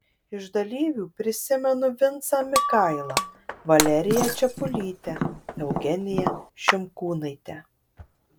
iš dalyvių prisimenu vincą mikailą valeriją čepulytę eugeniją šimkūnaitę